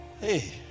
hey